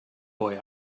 boy